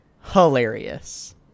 hilarious